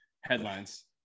headlines